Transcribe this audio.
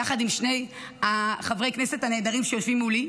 יחד עם שני חברי הכנסת הנהדרים שיושבים מולי,